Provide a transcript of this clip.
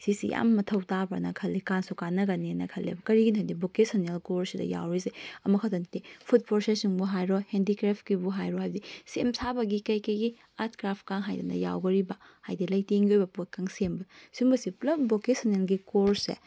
ꯑꯁꯤꯁꯤ ꯌꯥꯝꯅ ꯃꯊꯧ ꯇꯥꯕ꯭ꯔꯥꯅ ꯈꯜꯂꯤ ꯀꯥꯁꯨ ꯀꯥꯅꯒꯅꯦꯅ ꯈꯜꯂꯤ ꯀꯔꯤꯒꯤꯅꯣꯗꯤ ꯚꯣꯀꯦꯁꯟꯅꯦꯜ ꯀꯣꯔꯁꯁꯤꯗ ꯌꯥꯎꯔꯤꯁꯤ ꯑꯃꯈꯛꯇ ꯅꯠꯇꯦ ꯐꯨꯗ ꯄ꯭ꯔꯣꯁꯦꯁꯤꯡꯕꯨ ꯍꯥꯏꯔꯣ ꯍꯦꯟꯗꯤꯀ꯭ꯔꯦꯐꯀꯤꯕꯨ ꯍꯥꯏꯔꯣ ꯍꯥꯏꯕꯗꯤ ꯁꯦꯝ ꯁꯥꯕꯒꯤ ꯀꯩꯀꯩꯒꯤ ꯑꯥꯔꯠ ꯀ꯭ꯔꯥꯐꯀ ꯌꯥꯎꯔꯤꯕ ꯍꯥꯏꯕꯗꯤ ꯂꯩꯇꯦꯡꯒꯤ ꯑꯣꯏꯕ ꯄꯣꯠꯀ ꯁꯦꯝꯕ ꯁꯨꯝꯕꯁꯤ ꯄꯨꯜꯂꯞ ꯚꯣꯀꯦꯁꯟꯅꯦꯜꯒꯤ ꯀꯣꯔꯁꯁꯦ